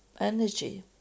energy